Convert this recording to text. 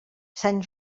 sant